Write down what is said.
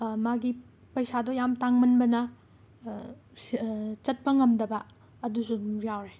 ꯃꯥꯒꯤ ꯄꯩꯁꯥꯗꯣ ꯌꯥꯝꯅ ꯇꯥꯡꯃꯟꯕꯅ ꯁꯤ ꯆꯠꯄ ꯉꯝꯗꯕ ꯑꯗꯨꯁꯨ ꯑꯗꯨꯝ ꯌꯥꯎꯔꯦ